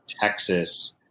Texas